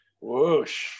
Whoosh